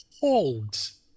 holds